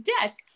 desk